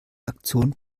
aktion